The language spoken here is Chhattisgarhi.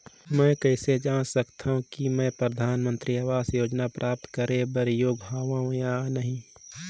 मैं कइसे जांच सकथव कि मैं परधानमंतरी आवास योजना प्राप्त करे बर योग्य हववं या नहीं?